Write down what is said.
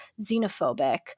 xenophobic